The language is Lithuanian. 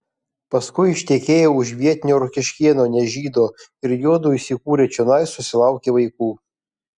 paskui ištekėjo už vietinio rokiškėno ne žydo ir juodu įsikūrę čionai susilaukė vaikų